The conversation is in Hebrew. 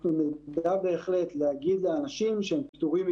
אנחנו נדע בהחלט להגיד לאנשים שהם פטורים מבידודים,